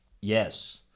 yes